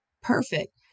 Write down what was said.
Perfect